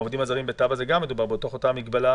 העובדים הזרים בטאבה גם בתוך אותה מגבלה